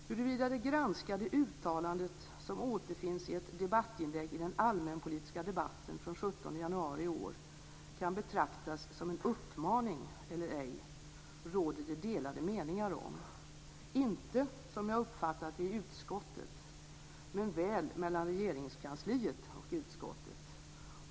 Huruvida det granskade uttalandet, som återfinns i ett debattinlägg i den allmänpolitiska debatten den 17 januari i år, kan betraktas om en uppmaning eller inte, råder det delade meningar om - inte i utskottet som jag har uppfattat det, men väl mellan Regeringskansliet och utskottet.